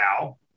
now